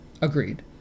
Agreed